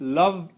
love